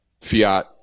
fiat